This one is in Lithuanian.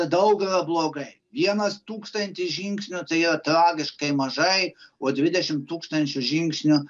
daug yra blogai vienas tūkstantis žingsnių tai yra tragiškai mažai o dvidešimt tūkstančių žingsnių